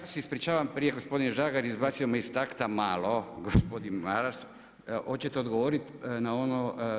Ja se ispričavam, prije gospodine Žagar, izbacio me iz takta malo gospodin Maras, hoćete odgovor na ono.